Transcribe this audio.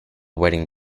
wedding